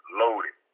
loaded